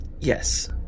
Yes